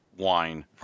Wine